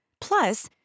Plus